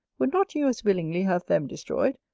would not you as willingly have them destroyed?